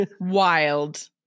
Wild